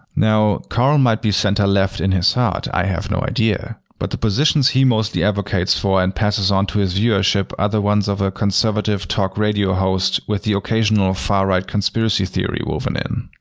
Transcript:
now, carl might be center-left in his heart i have no idea. but the positions he mostly advocates for and passes onto his viewership are the ones of a conservative talk-radio host, with the occasional far-right conspiracy theory woven in.